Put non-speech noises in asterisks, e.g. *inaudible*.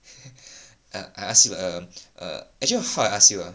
*laughs* I I ask you um err eh actually what I want to ask you ah